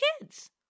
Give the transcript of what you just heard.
kids